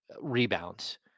rebounds